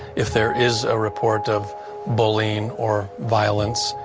if there is a report of bullying or violence,